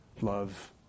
love